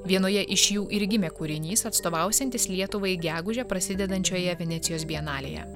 vienoje iš jų ir gimė kūrinys atstovausiantis lietuvai gegužę prasidedančioje venecijos bienalėje